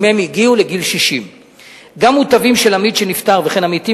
אם הגיעו לגיל 60. גם מוטבים של עמית שנפטר וכן עמיתים